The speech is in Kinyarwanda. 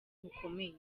bukomeye